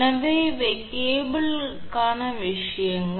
எனவே இவை கேபிளுக்கான விஷயங்கள்